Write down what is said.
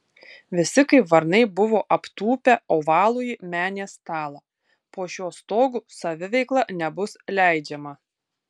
visi kaip varnai buvo aptūpę ovalųjį menės stalą po šiuo stogu saviveikla nebus leidžiama